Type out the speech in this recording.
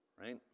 right